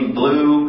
blue